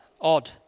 odd